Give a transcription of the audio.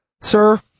sir